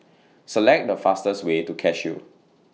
Select The fastest Way to Cashew